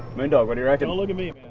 moondog, what do you reckon look at me?